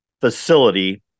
facility